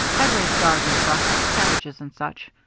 i'd raise garden truck, cabbages, and such,